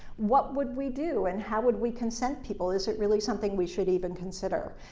what would we do, and how would we consent people? is it really something we should even consider?